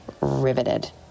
riveted